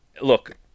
look